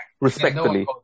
Respectfully